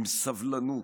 עם סבלנות,